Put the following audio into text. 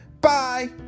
Bye